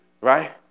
right